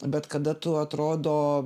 bet kada tu atrodo